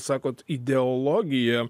sakot ideologija